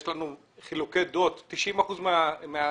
יש לנו חילוקי דעות כאשר ב-90 אחוזים מהדברים